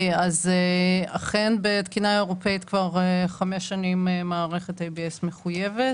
אכן בתקינה אירופאית כבר חמש שנים מערכת ABS מחויבת